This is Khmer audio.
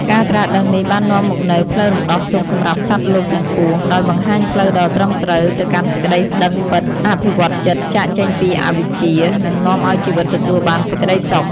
ការត្រាស់ដឹងនេះបាននាំមកនូវផ្លូវរំដោះទុក្ខសម្រាប់សត្វលោកទាំងពួង ដោយបង្ហាញផ្លូវដ៏ត្រឹមត្រូវទៅកាន់សេចក្ដីដឹងពិត អភិវឌ្ឍន៍ចិត្ត ចាកចេញពីអវិជ្ជា និងនាំឲ្យជីវិតទទួលបានសេចក្ដីសុខ។